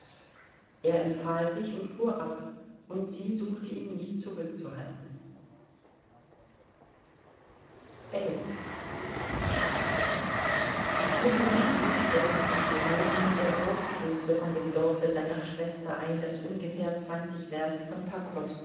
er empfahl sich und fuhr ab und sie suchte ihn nicht zurückzuhalten mitte juli stellte sich bei ljewin der dorfschulze von dem dorfe seiner schwester ein das ungefähr zwanzig werst von